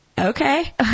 okay